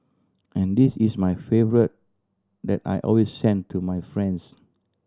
and this is my favourite that I always send to my friends